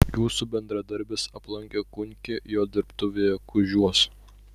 jūsų bendradarbis aplankė kunkį jo dirbtuvėje kužiuos